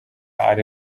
ari